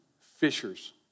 fishers